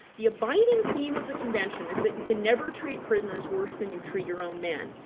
the abiding theme of the convention is that you can never treat prisoners worse than you treat your own men.